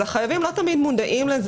אבל החייבים לא תמיד מודעים לזה.